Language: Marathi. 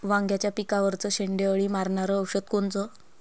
वांग्याच्या पिकावरचं शेंडे अळी मारनारं औषध कोनचं?